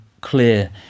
clear